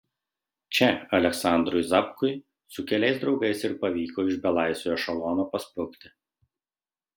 čia aleksandrui zapkui su keliais draugais ir pavyko iš belaisvių ešelono pasprukti